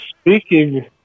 Speaking